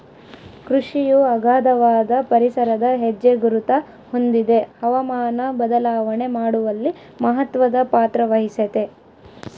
ಕೃಷಿಯು ಅಗಾಧವಾದ ಪರಿಸರದ ಹೆಜ್ಜೆಗುರುತ ಹೊಂದಿದೆ ಹವಾಮಾನ ಬದಲಾವಣೆ ಮಾಡುವಲ್ಲಿ ಮಹತ್ವದ ಪಾತ್ರವಹಿಸೆತೆ